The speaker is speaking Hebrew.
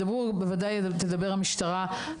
בוודאי תדבר המשטרה.